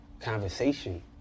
conversation